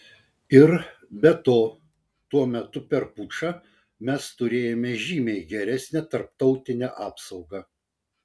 ir be to tuo metu per pučą mes turėjome žymiai geresnę tarptautinę apsaugą